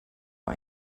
war